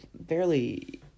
barely